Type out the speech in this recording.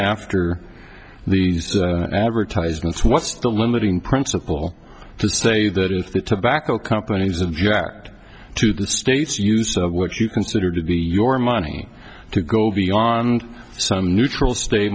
after the advertisements what's the limiting principle to say that if the tobacco companies object to the state's use of what you consider to be your money to go beyond some neutral sta